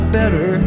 better